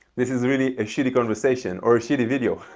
this is really a shitty conversation or a shitty video.